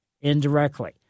indirectly